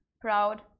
proud